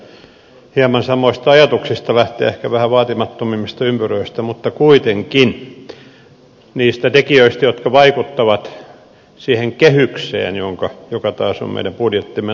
yritän hieman samoista ajatuksista lähteä ehkä vähän vaatimattomammista ympyröistä mutta kuitenkin niistä tekijöistä jotka vaikuttavat siihen kehykseen joka taas on meidän budjettimme talousarviomme pohjana